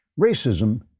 Racism